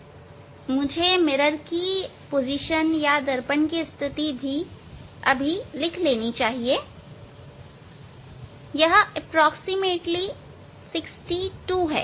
मुझे दर्पण की यह स्थिति लिख लेनी चाहिए यह लगभग 62 है